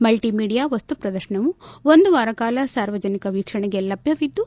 multi media ವಸ್ತು ಪ್ರದರ್ಶನವು ಒಂದು ವಾರ ಕಾಲ ಸಾರ್ವಜನಿಕ ವೀಕ್ಷಣೆಗೆ ಲಭ್ಯವಿದ್ದು